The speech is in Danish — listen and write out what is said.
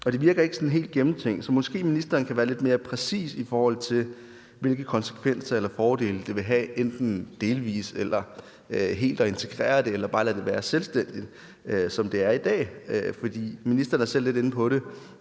det virker ikke sådan helt gennemtænkt. Så måske ministeren kan være lidt mere præcis, i forhold til hvilke konsekvenser eller fordele det vil have enten delvis eller helt at integrere det eller bare lade det være selvstændigt, som det er i dag. Ministeren er selv lidt inde på det: